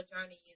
journeys